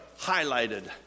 highlighted